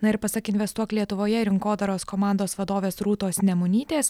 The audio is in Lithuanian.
na ir pasak investuok lietuvoje rinkodaros komandos vadovės rūtos nemunytės